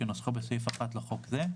כנוסחו בסעיף 1 לחוק זה."